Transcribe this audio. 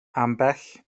ambell